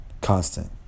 Constant